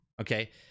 okay